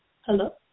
Hello